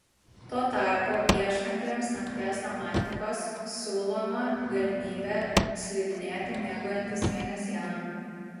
tuo tarpu ieškantiems nakties romantikos siūloma galimybė slidinėti mėgaujantis mėnesiena